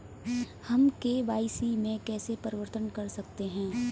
हम के.वाई.सी में कैसे परिवर्तन कर सकते हैं?